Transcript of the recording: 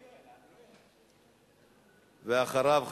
ואחריו,